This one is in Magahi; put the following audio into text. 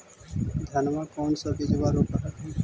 धनमा कौन सा बिजबा रोप हखिन?